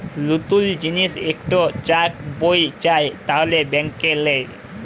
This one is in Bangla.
লতুল যদি ইকট চ্যাক বই চায় তাহলে ব্যাংকে লেই